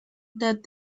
that